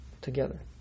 together